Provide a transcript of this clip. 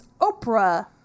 Oprah